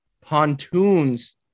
Pontoons